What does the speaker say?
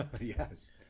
yes